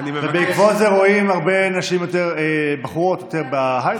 בעקבות זה רואים יותר בחורות בהייטק.